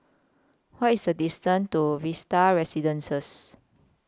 What IS The distance to Vista Residences